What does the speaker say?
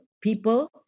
people